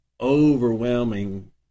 overwhelming